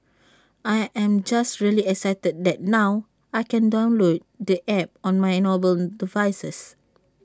I am just really excited that now I can download the app on my mobile devices